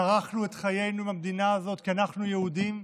כרכנו את חיינו במדינה הזאת כי אנחנו יהודים,